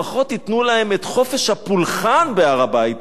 לפחות ייתנו להם את חופש הפולחן בהר-הבית,